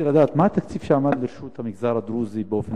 לך אותם יותר מאוחר או להכניס אותם לפרוטוקול של הישיבה.